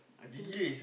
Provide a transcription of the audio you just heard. I think